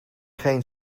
geen